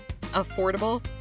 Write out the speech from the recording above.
affordable